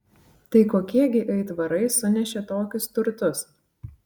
tai kokie gi aitvarai sunešė tokius turtus